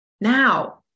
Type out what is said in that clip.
Now